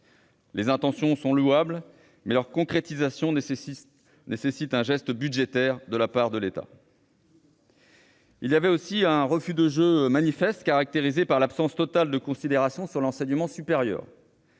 Les intentions sont louables, mais leur concrétisation nécessite un geste budgétaire de la part de l'État. Il y avait aussi un refus de jeu manifeste, caractérisé par l'absence totale de considérations sur l'enseignement supérieur.